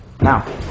Now